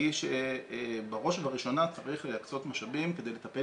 היא שבראש ובראשונה צריך להקצות משאבים כדי לטפל